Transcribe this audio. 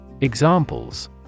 Examples